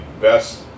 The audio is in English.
best